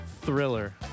thriller